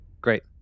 Great